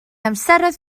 amseroedd